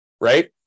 right